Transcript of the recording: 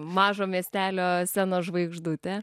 mažo miestelio scenos žvaigždutę